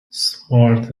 smart